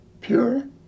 pure